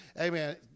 amen